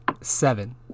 seven